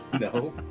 No